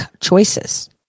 choices